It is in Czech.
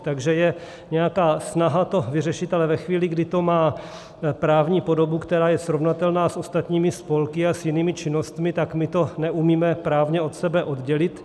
Takže je nějaká snaha to vyřešit, ale ve chvíli, kdy to má právní podobu, která je srovnatelná s ostatními spolky a s jinými činnostmi, tak my to neumíme právně od sebe oddělit.